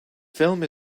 film